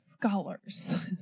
scholars